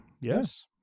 yes